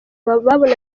babonaga